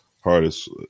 hardest